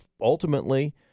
ultimately